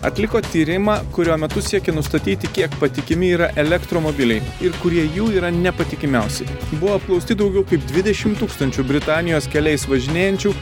atliko tyrimą kurio metu siekė nustatyti kiek patikimi yra elektromobiliai ir kurie jų yra nepatikimiausi buvo apklausti daugiau kaip dvidešimt tūkstančių britanijos keliais važinėjančių